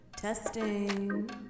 Testing